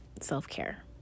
self-care